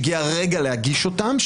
שהגיע הרגע להגיש אותם,